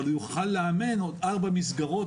אבל הוא יוכל לאמן עוד ארבע מסגרות